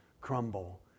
crumble